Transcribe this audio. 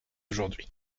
aujourd’hui